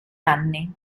anni